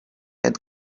had